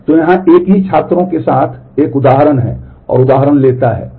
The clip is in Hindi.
तो यहाँ एक ही छात्रों के साथ एक उदाहरण है और उदाहरण लेता है